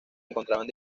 encontraban